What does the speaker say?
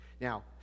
Now